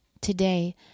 Today